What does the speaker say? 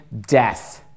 death